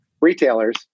retailers